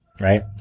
Right